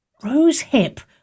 Rosehip